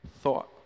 thought